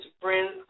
friends